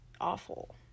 Awful